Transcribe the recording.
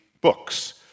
books